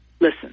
listen